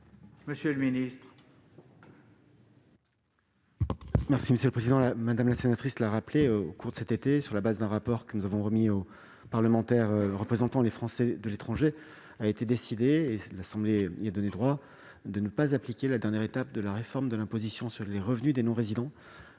Monsieur le ministre,